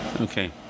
Okay